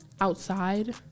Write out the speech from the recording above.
outside